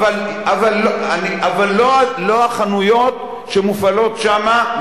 אבל לא החנויות שמופעלות שמה,